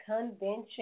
convention